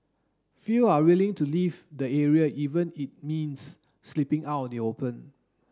few are willing to leave the area even it means sleeping out in the open